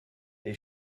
they